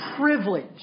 privilege